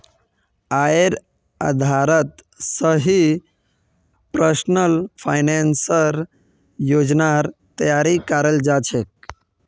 आयेर आधारत स ही पर्सनल फाइनेंसेर योजनार तैयारी कराल जा छेक